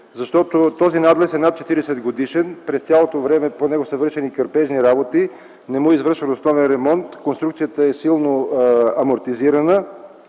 защото този надлез е над 40-годишен. През цялото време по него са извършвани кърпежни работи, не му е извършван основен ремонт, конструкцията е силно амортизирана.